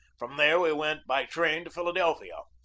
from there we went by train to philadelphia.